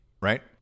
Right